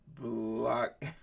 block